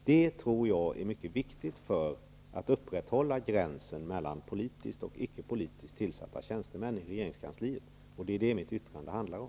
Det tror jag är mycket viktigt för att upprätthålla gränsen mellan politiskt och icke politiskt tillsatta tjänstemän i regeringskansliet. Det är vad mitt yttrande handlar om.